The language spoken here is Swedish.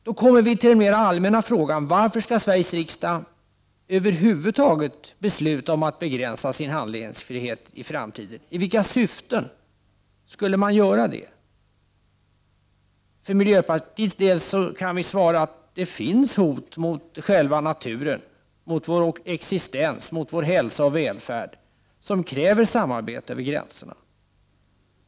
Då kommer jag till den mera allmänna frågan varför Sveriges riksdag över huvud taget skall begränsa sin handlingsfrihet i framtiden. I vilka syften skulle man göra det? För miljöpartiets del kan vi säga att det finns hot mot själva naturen, mot vår existens, vår hälsa och vårt välstånd som kräver samarbete över gränserna.